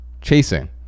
Chasing